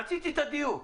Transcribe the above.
רציתי את הדיוק.